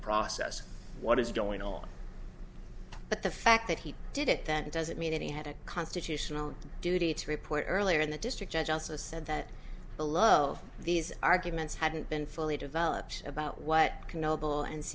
process what is going on but the fact that he did it that doesn't mean that he had a constitutional duty to report earlier in the district judge also said that below these arguments hadn't been fully developed about what can no bill and